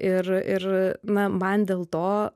ir ir na man dėl to